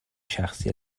شخص